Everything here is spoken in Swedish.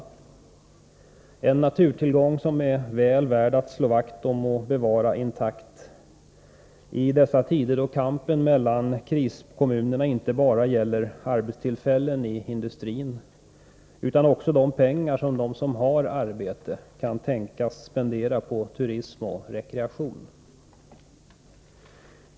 Det är en naturtillgång som är väl värd att slå vakt om och bevara intakt i dessa tider, då kampen mellan de olika kriskommunerna gäller inte bara arbetstillfällen i industrin utan också de pengar som de som har arbete kan tänkas spendera på turism och rekreation.